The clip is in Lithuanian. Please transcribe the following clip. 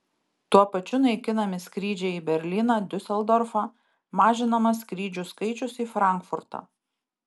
tuo pačiu naikinami skrydžiai į berlyną diuseldorfą mažinamas skrydžių skaičius į frankfurtą